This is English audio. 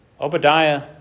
Obadiah